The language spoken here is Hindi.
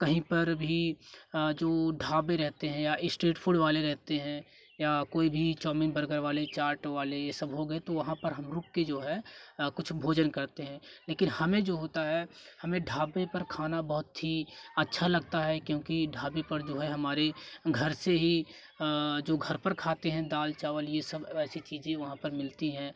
कहीं पर भी जो ढाबे रहते हैं या स्ट्रीट फूड वाले रहते हैं या कोई भी चौमीन बर्गर वाले चाट वाले यह सब हो गए तो वहाँ पर हम रुक कर जो है कुछ भोजन करते हैं लेकिन हमें जो होता है हमें ढाबे पर खाना बहुत ही अच्छा लगता है क्योंकि ढाबे पर जो है हमारी घर से ही जो घर पर खाते हैं दाल चावल यह सब वैसी चीज़ें वहाँ पर मिलती हैं